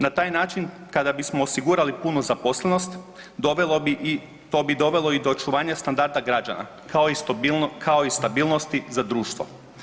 Na taj način kada bismo osigurali punu zaposlenost to bi dovelo i do očuvanja standarda građana kao i stabilnosti za društvo.